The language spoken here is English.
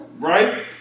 right